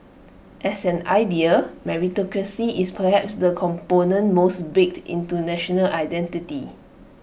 as an idea meritocracy is perhaps the component most baked into national identity